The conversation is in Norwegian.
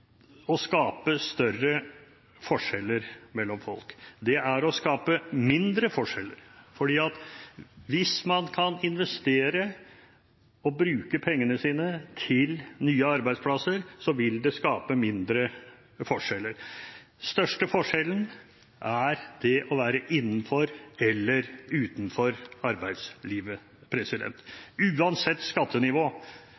å skape større forskjeller mellom folk. Det er å skape mindre forskjeller, for hvis man kan investere og bruke pengene sine til nye arbeidsplasser, vil det skape mindre forskjeller. Den største forskjellen er mellom de som er innenfor arbeidslivet, og de som er utenfor arbeidslivet. Uansett skattenivå